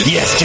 Yes